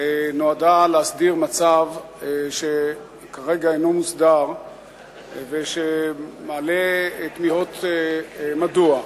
נועדה להסדיר מצב שכרגע אינו מוסדר ומעלה תמיהות מדוע.